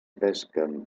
pesquen